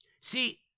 See